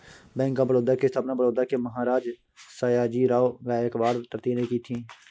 bank of Baroda की स्थापना बड़ौदा के महाराज सयाजीराव गायकवाड तृतीय ने की थी